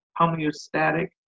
homeostatic